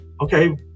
okay